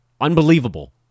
unbelievable